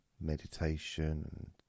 meditation